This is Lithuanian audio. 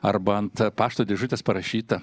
arba ant pašto dėžutės parašyta